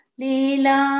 lila